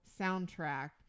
soundtrack